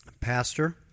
pastor